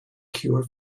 cure